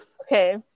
Okay